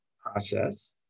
process